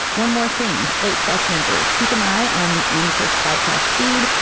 one more thing. slate plus members keep an eye on the amicus podcast feed.